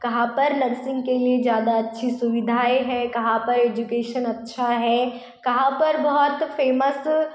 कहाँ पर नर्सींग के लिए ज़्यादा अच्छी सुविधाएँ है कहाँ पर एजुकेशन अच्छा है कहाँ पर बहुत फेमस